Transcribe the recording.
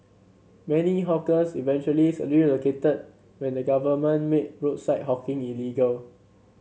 many hawkers eventually relocated when the government made roadside hawking illegal